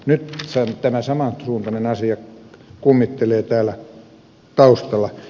nyt tämä samansuuntainen asia kummittelee täällä taustalla